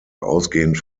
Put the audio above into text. ausgehend